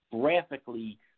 Graphically